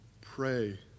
Pray